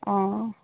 অঁ